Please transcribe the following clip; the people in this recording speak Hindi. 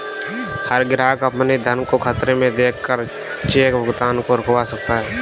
हर ग्राहक अपने धन को खतरे में देख कर चेक भुगतान को रुकवा सकता है